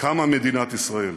קמה מדינת ישראל.